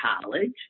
college